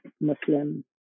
Muslim